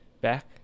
Back